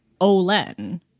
Olen